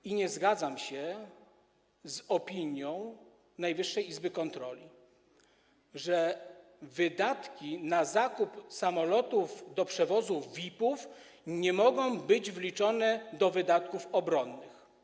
I nie zgadzam się z opinią Najwyższej Izby Kontroli, że wydatki na zakup samolotów do przewozu VIP-ów nie mogą być wliczone do wydatków obronnych.